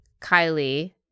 Kylie